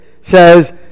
says